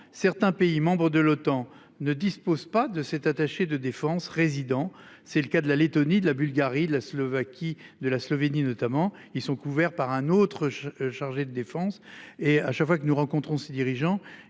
certains pays membres de l'OTAN ne dispose pas de cet attaché de défense résidents. C'est le cas de la Léttonie de la Bulgarie, la Slovaquie, de la Slovénie notamment ils sont couverts par un autre chargé de défense et à chaque fois que nous rencontrons, ses dirigeants.